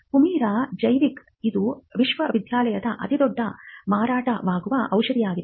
Humira ಜೈವಿಕ ಇದು ವಿಶ್ವದ ಅತಿದೊಡ್ಡ ಮಾರಾಟವಾಗುವ ಔಷಧವಾಗಿದೆ